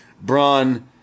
Braun